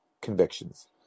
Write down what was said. convictions